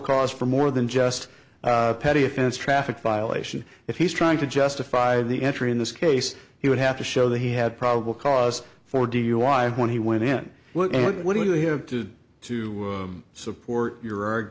cause for more than just petty offense traffic violation if he's trying to justify the entry in this case he would have to show that he had probable cause for dui when he went in what do you have to support your